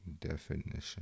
definition